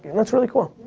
and that's really cool.